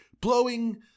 Blowing